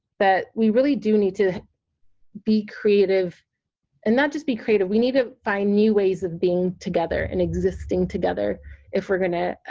that we really do need to be creative and not just be creative, we need to find new ways of being together and existing together if we're gonna